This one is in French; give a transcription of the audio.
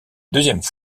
deuxième